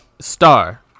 Star